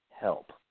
help